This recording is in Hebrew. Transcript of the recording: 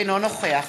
אינו נוכח